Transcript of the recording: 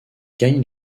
gagne